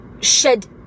shed